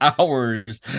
hours